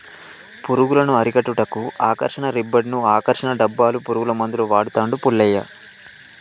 పురుగులను అరికట్టుటకు ఆకర్షణ రిబ్బన్డ్స్ను, ఆకర్షణ డబ్బాలు, పురుగుల మందులు వాడుతాండు పుల్లయ్య